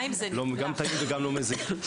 זה גם טעים וגם לא מזיק.